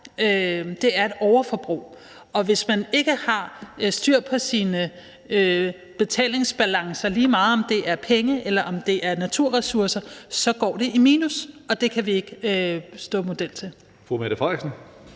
er et overforbrug. Og hvis man ikke har styr på sine betalingsbalancer, lige meget om det er penge, eller om det er naturressourcer, så går det i minus, og det kan vi ikke stå model til.